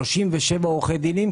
דרך אגב; 37 עורכי דין,